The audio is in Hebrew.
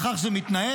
וכך זה מתנהל,